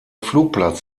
flugplatz